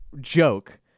joke